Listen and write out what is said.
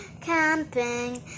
camping